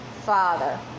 father